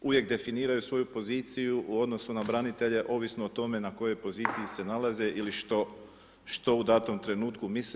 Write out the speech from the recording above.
Uvijek definiraju svoju poziciju u odnosu na branitelje ovisno o tome na kojoj poziciji se nalaze ili što u datom trenutku misle.